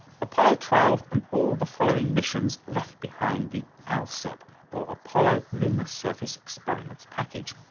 apollo twelve and all the following missions left behind the alsep or apollo lunar surface experiments package.